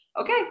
okay